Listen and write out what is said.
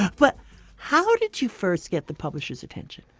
but how did you first get the publisher's attention?